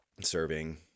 serving